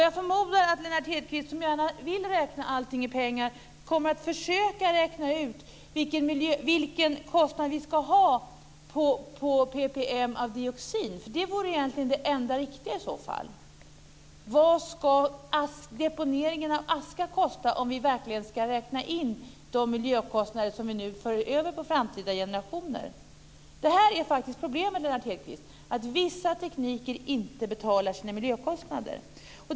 Jag förmodar att Lennart Hedquist, som gärna vill räkna allting i pengar, kommer att försöka räkna ut vilken kostnad vi ska ha på ppm av dioxin, eftersom det egentligen vore det enda riktiga i så fall. Vad ska deponeringen av aska kosta om vi verkligen ska räkna in de miljökostnader som vi nu för över på framtida generationer? Det här är faktiskt ett problem, Lennart Hedquist, att vissa tekniker inte betalar sina miljökostnader.